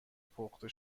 پخته